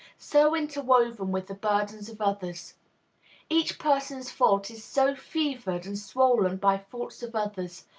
so interwoven with the burdens of others each person's fault is so fevered and swollen by faults of others,